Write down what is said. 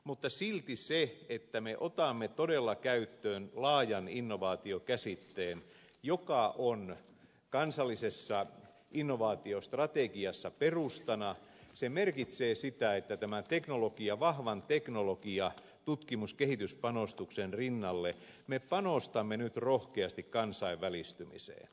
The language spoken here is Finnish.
mutta silti se että me otamme todella käyttöön laajan innovaatiokäsitteen joka on kansallisessa innovaatiostrategiassa perustana merkitsee sitä että tämän vahvan teknologia tutkimus kehityspanostuksen rinnalla me panostamme nyt rohkeasti kansainvälistymiseen